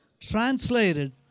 translated